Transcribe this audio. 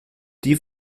die